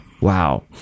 Wow